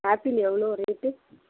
apple எவ்வளோ rate